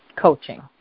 coaching